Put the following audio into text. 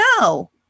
No